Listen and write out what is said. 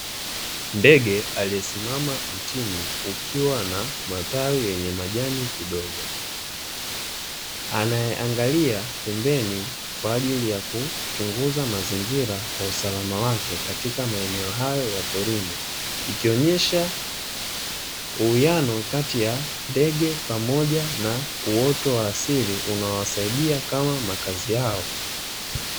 Ndege aliyesimama mtini ukiwa na matawi yenye majani kidogo, anayeangalia pembeni kwa ajili ya kuchunguza mazingira kwa usalama wake katika maeneo hayo ya porini, ikionyesha uwiano kati ya ndege pamoja na uoto wa asili unaowasaidia kama makazi yao.